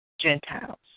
Gentiles